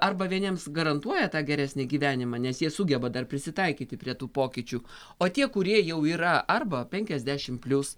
arba vieniems garantuoja tą geresnį gyvenimą nes jie sugeba dar prisitaikyti prie tų pokyčių o tie kurie jau yra arba penkiasdešim plius